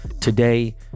Today